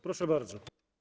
Proszę bardzo.